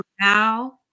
now